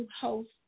host